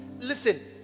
listen